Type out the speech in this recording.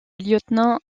lieutenant